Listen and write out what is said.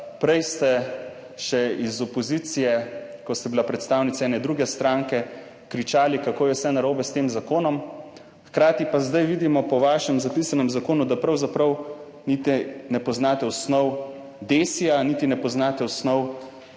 prej ste še iz opozicije, ko ste bila predstavnica ene druge stranke, kričali, kako je vse narobe s tem zakonom, hkrati pa zdaj vidimo po vašem zapisanem zakonu, da pravzaprav niti ne poznate osnov DESI, niti ne poznate osnov,